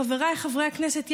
חבריי חברי הכנסת,